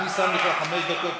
כן, אבל הקציבו זמן של חמש דקות,